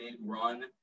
run